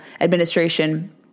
administration